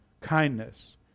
kindness